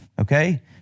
Okay